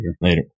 later